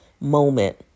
moment